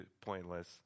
pointless